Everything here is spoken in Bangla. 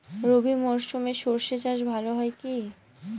রবি মরশুমে সর্ষে চাস ভালো হয় কি?